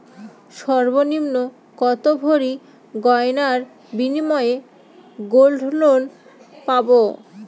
সর্বনিম্ন কত ভরি গয়নার বিনিময়ে গোল্ড লোন পাব?